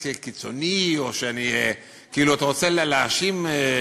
כשיש גל טרור, חובה להגן על עצמנו.